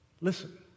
listen